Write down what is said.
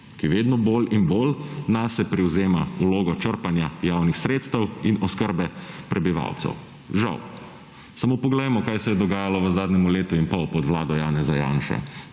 ki vedno bolj in bolj nase prevzema vlogo črpanja javnih sredstev in oskrbe prebivalcev. Žal. Samopoglejmo, kaj se je dogajalo v zadnjem letu in pol pod vlado Janeza Janše.